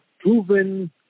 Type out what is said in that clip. proven